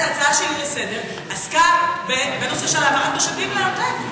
ההצעה שלי לסדר-היום עסקה בנושא של העברת משאבים לעוטף.